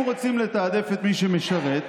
אם רוצים לתעדף את מי שמשרת,